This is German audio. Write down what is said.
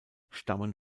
stammen